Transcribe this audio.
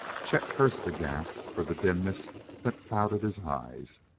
chet cursed the gas for the dimness that clouded his eyes,